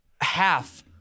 half